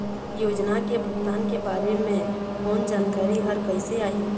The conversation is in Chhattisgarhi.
योजना के भुगतान के बारे मे फोन जानकारी हर कइसे आही?